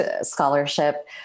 scholarship